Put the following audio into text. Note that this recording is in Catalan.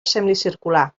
semicircular